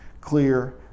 clear